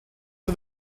for